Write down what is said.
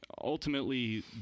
Ultimately